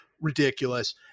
ridiculous